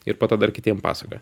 ir po to dar kitiem pasakoja